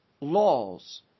laws